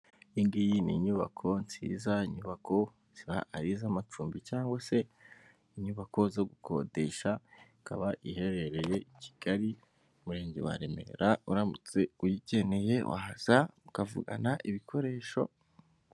Iyi ngiyi n'inyubako nziza, inyubako ziba ari izamacumbi cyangwa se inyubako zo gukodesha, ikaba iherereye i Kigali, umurenge wa Remera, uramutse uyikeneye waza ukavugana ibikoresho.